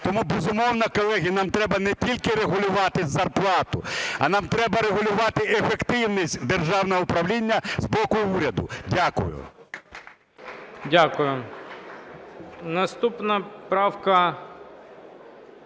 Тому, безумовно, колеги, нам треба не тільки регулювати зарплату, а нам треба регулювати ефективність державного управління з боку уряду. Дякую. ГОЛОВУЮЧИЙ. Дякую. Наступна правка